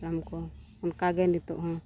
ᱦᱟᱯᱲᱟᱢ ᱠᱚ ᱚᱱᱠᱟᱜᱮ ᱱᱤᱛᱚᱜ ᱦᱚᱸ